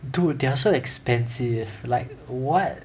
dude they are so expensive like what